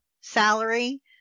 salary